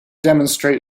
demonstrate